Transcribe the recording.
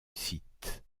site